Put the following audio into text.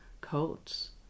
coats